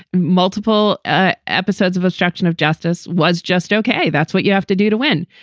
multiple ah episodes of obstruction of justice was just ok. that's what you have to do to win.